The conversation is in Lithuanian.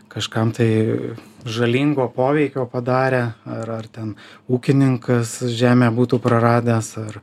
kažkam tai žalingo poveikio padarę ar ar ten ūkininkas žemę būtų praradęs ar